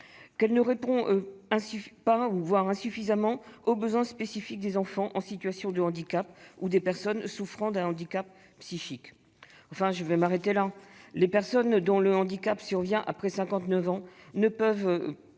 la PCH répond insuffisamment aux besoins spécifiques des enfants en situation de handicap et des personnes souffrant d'un handicap psychique. Enfin, les personnes dont le handicap survient après 59 ans ne peuvent